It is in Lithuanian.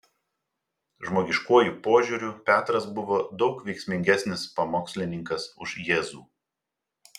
žmogiškuoju požiūriu petras buvo daug veiksmingesnis pamokslininkas už jėzų